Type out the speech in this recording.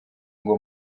ngo